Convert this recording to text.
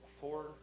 four